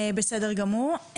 בסדר גמור.